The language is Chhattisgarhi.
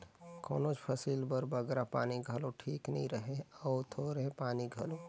कोनोच फसिल बर बगरा पानी घलो ठीक नी रहें अउ थोरहें पानी घलो